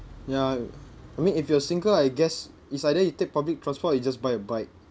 ya I mean if you are single I guess it's either you take public transport or you just buy a bike